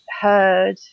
heard